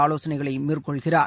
ஆலோசனைகளை மேற்கொள்கிறார்